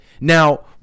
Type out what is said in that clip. Now